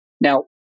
Now